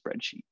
spreadsheet